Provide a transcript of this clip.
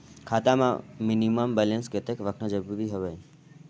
खाता मां minimum balance कतेक रखना जरूरी हवय?